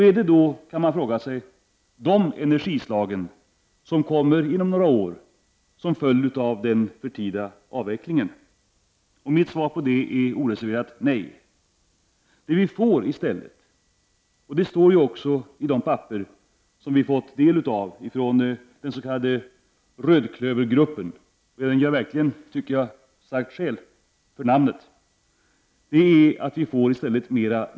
Är det dessa energislag, kan man fråga sig, som kommer inom några år som en följd av en för tidig avveckling? Mitt svar på det är oreserverat nej. Det vi får i stället är mer naturgas — det står också i det papper som vi har fått del av från den s.k. rödklövergruppen, som jag verkligen tycker gör starkt skäl för sitt namn.